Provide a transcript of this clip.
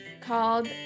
called